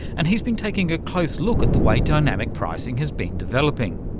and he's been taking a close look at the way dynamic pricing has been developing,